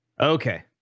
Okay